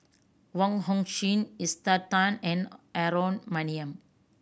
Wong Hong Suen Esther Tan and Aaron Maniam